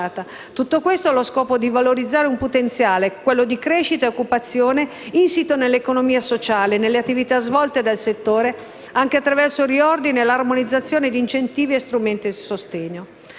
Tutto questo, allo scopo di valorizzare il potenziale di crescita e occupazione insito nell'economia sociale e nelle attività svolte dal settore, anche attraverso il riordino e l'armonizzazione di incentivi e strumenti di sostegno.